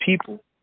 people